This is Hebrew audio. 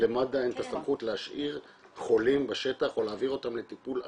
למד"א אין את הסמכות להשאיר חולים בשטח או להעביר אותם לטיפול אחר,